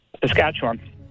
Saskatchewan